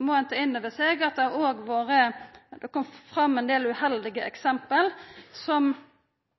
må ein ta innover seg at det har kome fram ein del uheldige eksempel, der konsekvensane er veldig ugreie for norsk helsevesen. Det gjeld det som